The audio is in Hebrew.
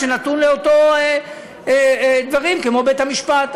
שנתון לאותם דברים כמו בית-המשפט.